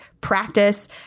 practice